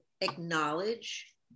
acknowledge